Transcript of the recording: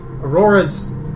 Aurora's